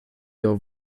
your